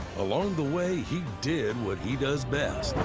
along the way, he did what he does best.